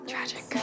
Tragic